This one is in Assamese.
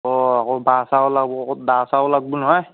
অঁ আকৌ বাঁহ চাহো লাগবু ক'ত বাঁহ চাহো লাগবু নহয়